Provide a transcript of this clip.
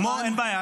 אין בעיה.